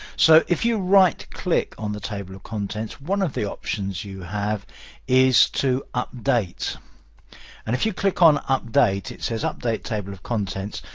so if you right click on the table of contents, one of the options you have is to update and if you click on update, it says update table of contents.